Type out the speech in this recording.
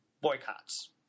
boycotts